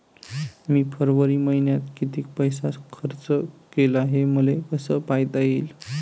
मी फरवरी मईन्यात कितीक पैसा खर्च केला, हे मले कसे पायता येईल?